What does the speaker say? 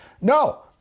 No